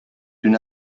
une